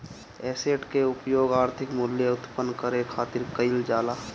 asset कअ उपयोग आर्थिक मूल्य उत्पन्न करे खातिर कईल जाला